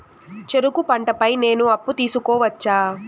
చెరుకు పంట పై నేను అప్పు తీసుకోవచ్చా?